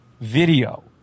video